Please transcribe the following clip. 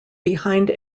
behind